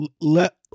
let